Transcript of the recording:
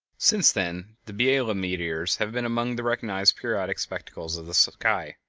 since then the biela meteors have been among the recognized periodic spectacles of the sky,